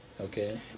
okay